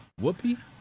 Whoopi